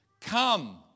Come